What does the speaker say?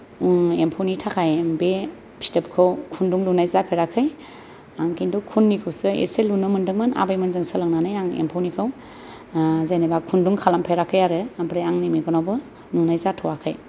एम्फौनि थाखाय बे फिथोबखौ खुन्दुं लुनाय जाफेराखै आं खिन्थु खुननिखौसो एसे लुनो मोनदोंमोन आबैमोनजों सोलोंनानै आं एम्फौनिखौ जेनेबा खुन्दुं खालामफेराखै आरो ओमफ्राय आंनि मेगनावबो नुनाय जाथ'आखै